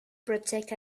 protect